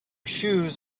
shoes